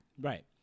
Right